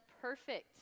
perfect